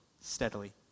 steadily